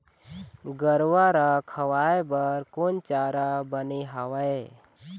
गरवा रा खवाए बर कोन चारा बने हावे?